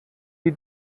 die